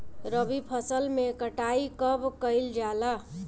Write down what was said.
रबी फसल मे कटाई कब कइल जाला?